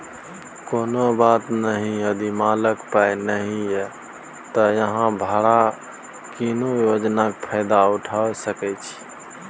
कुनु बात नहि यदि मालक पाइ नहि यै त अहाँ भाड़ा कीनब योजनाक फायदा उठा सकै छी